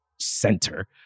center